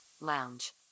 Lounge